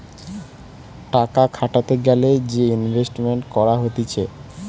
টাকা খাটাতে গ্যালে যে ইনভেস্টমেন্ট করা হতিছে